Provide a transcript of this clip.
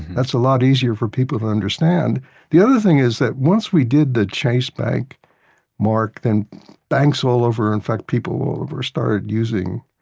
that's a lot easier for people to understand the other thing is that once we did the chase bank mark, then banks all over, in fact people all over started using,